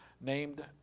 named